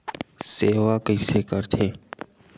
सेवा कइसे करथे?